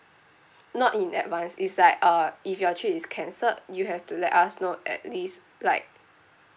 not in advance is like uh if your trip is cancelled you have to let us know at least like